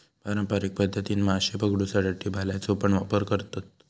पारंपारिक पध्दतीन माशे पकडुसाठी भाल्याचो पण वापर करतत